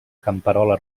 camperola